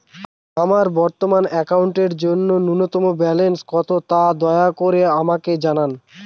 আমার বর্তমান অ্যাকাউন্টের জন্য ন্যূনতম ব্যালেন্স কত, তা দয়া করে আমাকে জানান